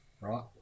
Right